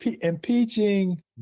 Impeaching